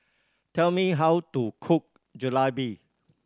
tell me how to cook Jalebi